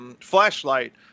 flashlight